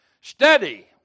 Study